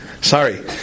Sorry